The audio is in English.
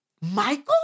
Michael